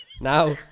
Now